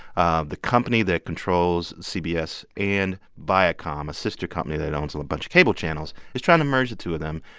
ah the company that controls cbs and viacom, a sister company that owns a bunch of cable channels, is trying to merge the two of them.